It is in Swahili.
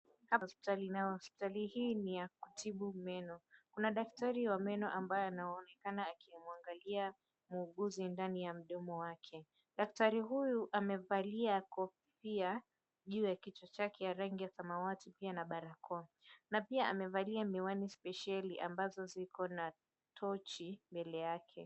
Hapa hospitali na hospitali hii ni ya kutibu meno. Kuna daktari wa meno ambaye anaonekana akimwangalia muhuguzi ndani ya mdomo wake. Daktari huyu amevalia kofia juu ya kichwa chake ya rangi ya samawati pamoja na barakoa na pia amevalia miwani spesheli ambazo ziko na tochi mbele yake.